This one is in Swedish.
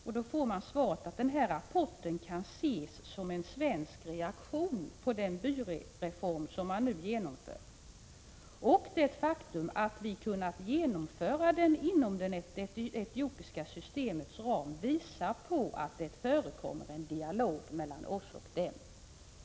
Då blir svaret att rapporten kan ses som en svensk reaktion på den byreform som man nu genomför och att det faktum att man kunnat genomföra den inom det etiopiska systemets ram visar på att det förekommer en sådan dialog.